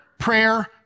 Prayer